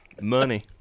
money